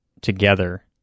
together